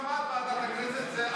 לחטוף ולבלוע מה שלא מגיע לך,